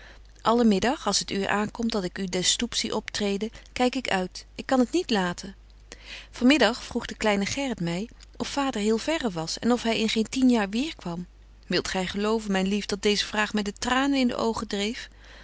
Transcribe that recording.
alle middag als het uur aankomt dat ik u den stoep zie op treden kyk ik uit ik kan t niet laten van middag vroeg de kleine gerrit my of vader heel verre was en of hy in geen tien jaar weêr kwam wilt gy geloven myn lief dat deeze vraag my de tranen in de oogen dreef